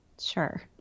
Sure